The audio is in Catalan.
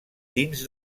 dins